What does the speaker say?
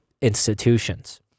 institutions